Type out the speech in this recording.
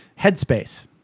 headspace